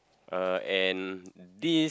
uh and this